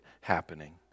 happening